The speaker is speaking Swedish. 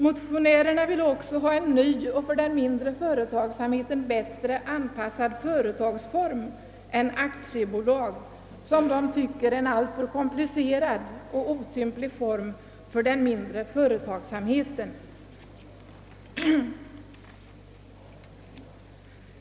Motionärerna vill också ha en ny och för den mindre företagsamheten bättre anpassad företagsform än aktiebolag, vilken de tycker är alltför komplicerad och otymplig för denna företagsamhet.